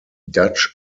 dutch